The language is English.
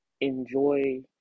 enjoy